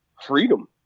freedom